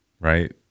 right